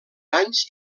anys